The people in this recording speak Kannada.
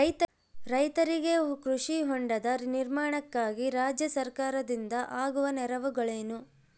ರೈತರಿಗೆ ಕೃಷಿ ಹೊಂಡದ ನಿರ್ಮಾಣಕ್ಕಾಗಿ ರಾಜ್ಯ ಸರ್ಕಾರದಿಂದ ಆಗುವ ನೆರವುಗಳೇನು?